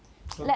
okay